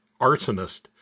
arsonist